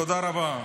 תודה רבה.